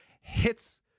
hits